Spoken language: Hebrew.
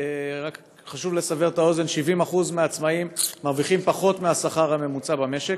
חשוב לסבר את האוזן: 70% מהעצמאים מרוויחים פחות מהשכר הממוצע במשק.